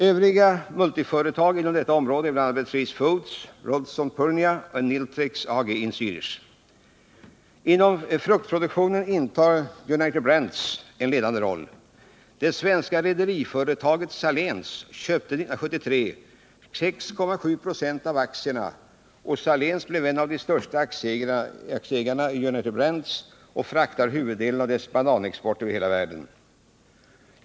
Övriga multinationella företag inom detta område är bl.a. Beatrice Foods, Ralston Purina och Nitrex AG i Zärich. Inom fruktproduktionen intar United Brands en ledande roll. 1973 köpte det svenska rederiföretaget Saléns 6,7 96 av aktierna och blev därmed en av de större aktieägarna i United Brands och fraktar huvuddelen av dess bananexport över hela världen.